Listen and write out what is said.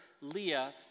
Leah